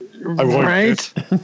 Right